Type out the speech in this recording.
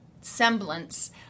semblance